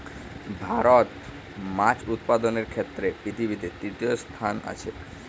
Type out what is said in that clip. ভারত মাছ উৎপাদনের ক্ষেত্রে পৃথিবীতে তৃতীয় স্থানে আছে